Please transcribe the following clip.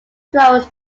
flows